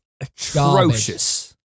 atrocious